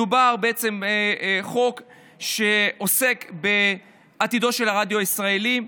מדובר בחוק שעוסק בעתידו של הרדיו הישראלי,